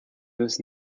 this